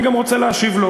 אני גם רוצה להשיב לו,